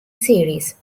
series